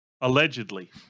Allegedly